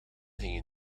gingen